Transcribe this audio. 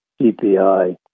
CPI